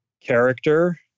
character